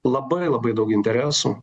labai labai daug interesų